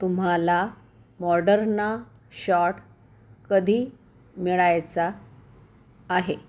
तुम्हाला Moderna shot कधी मिळायचा आहे